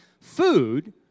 food